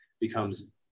becomes